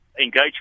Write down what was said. engage